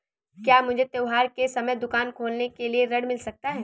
क्या मुझे त्योहार के समय दुकान खोलने के लिए ऋण मिल सकता है?